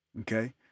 okay